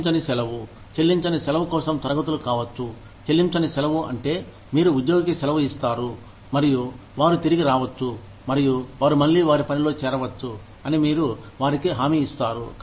చెల్లించని సెలవు చెల్లించని సెలవు కోసం తరగతులు కావచ్చు చెల్లించని సెలవు అంటే మీరు ఉద్యోగికి సెలవు ఇస్తారు మరియు వారు తిరిగి రావచ్చు మరియు వారు మళ్ళీ వారి పనిలో చేరవచ్చు అని మీరు వారికి హామీ ఇస్తారు